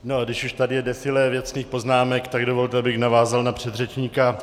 No, když už tady je defilé věcných poznámek, tak dovolte, abych navázal na předřečníka.